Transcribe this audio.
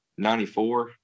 94